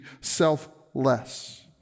selfless